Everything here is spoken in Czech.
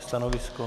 Stanovisko?